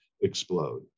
explode